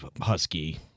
husky